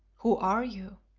who are you?